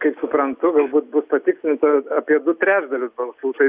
kaip suprantu galbūt bus patikslinta apie du trečdalius balsų tai